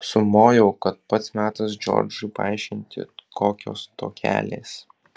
sumojau kad pats metas džordžui paaiškinti kokios tokelės